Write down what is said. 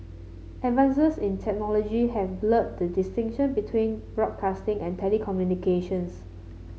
advances in technology have blurred the distinction between broadcasting and telecommunications